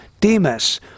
Demas